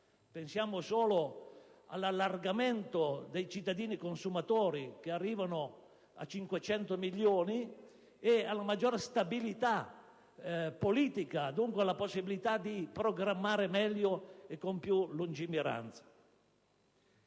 pensiamo solo all'allargamento della platea dei cittadini consumatori, che arrivano a 500 milioni, e alla maggiore stabilità politica, dunque alla possibilità di programmare meglio e con più lungimiranza.